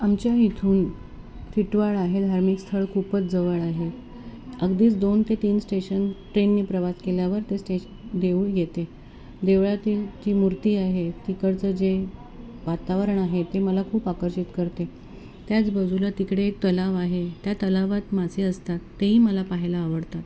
आमच्या इथून टिटवाळा हे धार्मिक स्थळ खूपच जवळ आहे अगदीच दोन ते तीन श्टेशन ट्रेनने प्रवास केल्यावर ते स्टेश् देऊळ येते देवळातील जी मूर्ती आहे तिकडचं जे वातावरण आहे ते मला खूप आकर्षित करते त्याच बाजूला तिकडे एक तलाव आहे त्या तलावात मासे असतात तेही मला पाहायला आवडतात